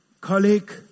colleague